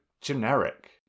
generic